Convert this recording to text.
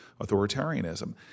authoritarianism